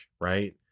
right